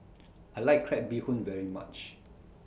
I like Crab Bee Hoon very much